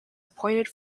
appointed